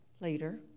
later